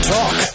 Talk